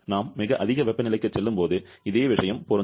நாம் மிக அதிக வெப்பநிலைக்குச் செல்லும்போது இதே விஷயம் பொருந்தும்